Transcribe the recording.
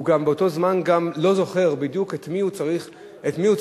באותו זמן הוא גם לא זוכר בדיוק את מי הוא צריך להזמין,